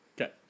Okay